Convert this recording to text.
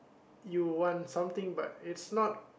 you want something but it's not